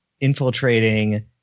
infiltrating